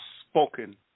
spoken